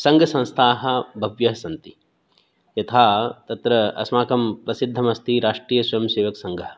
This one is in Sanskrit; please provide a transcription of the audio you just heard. सङ्घसंस्थाः बह्व्यः सन्ति यथा तत्र अस्माकं प्रसिद्धमस्ति राष्ट्रियस्वयंसेवकसङ्घः